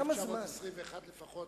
כמה זמן, ב-1921 לפחות